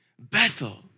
Bethel